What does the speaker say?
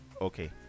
okay